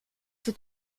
für